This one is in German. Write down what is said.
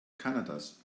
kanadas